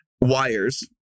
wires